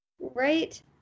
right